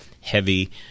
heavy